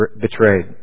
betrayed